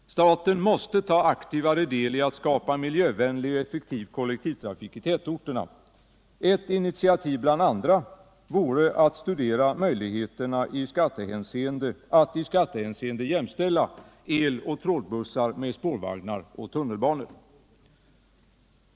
Staten måste ta aktivare del i att skapa miljövänlig och effektiv kollektivtrafik i tätorterna. Ett initiativ bland andra vore att studera möjligheterna att i skattehänseende jämställa eloch trådbussar med spårvagnar och tunnelbanor.